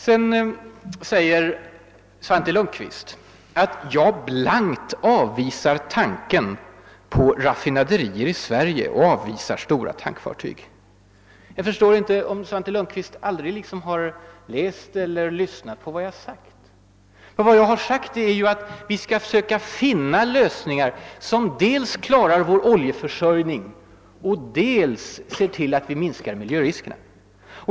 Svante Lundkvist säger vidare att jag blankt avvisar tanken på raffinaderier i Sverige liksom på stora tankfartyg i svenska farvatten. Jag undrar om herr Lundkvist aldrig har läst eller lyssnat på vad jag sagt. Jag har nämligen sagt att vi skall försöka finna lösningar som dels klarar vår oljeförsörjning, dels bidrar till att minska miljöriskerna.